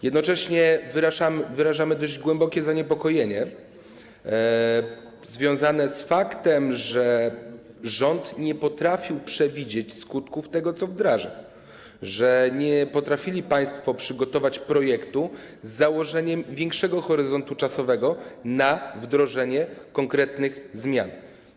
Jednocześnie wyrażamy dość głębokie zaniepokojenie związane z faktem, że rząd nie potrafił przewidzieć skutków tego, co wdraża, że nie potrafili państwo przygotować projektu z założeniem większego horyzontu czasowego na wdrożenie konkretnych zmian.